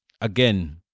again